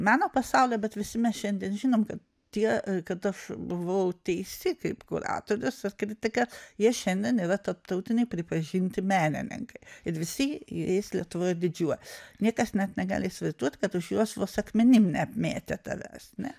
meno pasaulio bet visi mes šiandien žinom kad tie kad aš buvau teisi kaip kuratorius ir kritika jie šiandien yra tarptautiniai pripažinti menininkai ir visi jais lietuvoj didžiuojas niekas net negali įsivaizduoti kad už juos vos akmenim neapmėtė tavęs ne